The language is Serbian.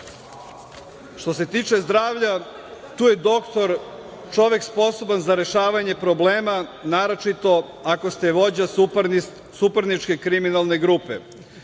da. Što se tiče zdravlja, tu je doktor, čovek sposoban za rešavanje problema naročito ako ste vođa suparničke kriminalne grupe.